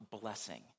blessing